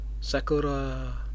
Sakura